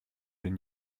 den